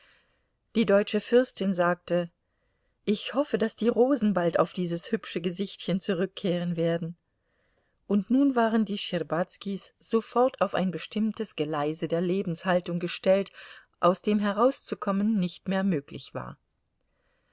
die deutsche fürstin sagte ich hoffe daß die rosen bald auf dieses hübsche gesichtchen zurückkehren werden und nun waren die schtscherbazkis sofort auf ein bestimmtes geleise der lebenshaltung gestellt aus dem herauszukommen nicht mehr möglich war